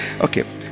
okay